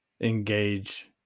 engage